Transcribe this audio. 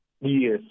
Yes